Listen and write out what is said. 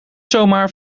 zomaar